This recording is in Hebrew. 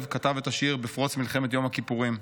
כתב את השיר בפרוץ מלחמת יום הכיפורים.